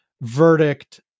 verdict